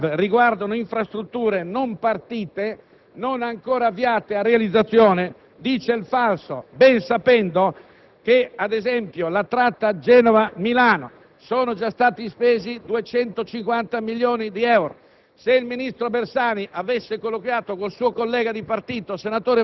Quando egli afferma che le concessioni revocate sulla TAV riguardano infrastrutture non partite, non ancora avviate a realizzazione, sostiene il falso, ben sapendo che, ad esempio, per la tratta Genova-Milano sono già stati spesi 250 milioni di euro.